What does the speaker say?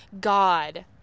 God